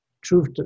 truth